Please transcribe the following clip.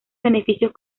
beneficios